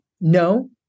No